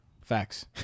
Facts